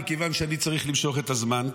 מכיוון שאני צריך למשוך את הזמן,